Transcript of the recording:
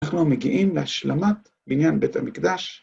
אנחנו מגיעים להשלמת בניין בית המקדש